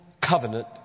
covenant